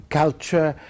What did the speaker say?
culture